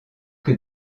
que